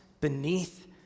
beneath